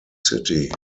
city